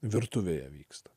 virtuvėje vyksta